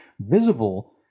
visible